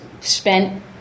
spent